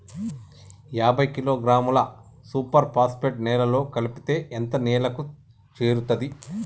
యాభై కిలోగ్రాముల super phosphate నేలలో కలిపితే ఎంత నేలకు చేరుతది?